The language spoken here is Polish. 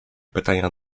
pytania